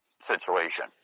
situation